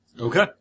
Okay